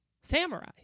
Samurai